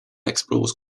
explores